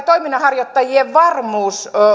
toiminnanharjoittajien varmuus